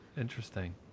interesting